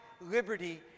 Liberty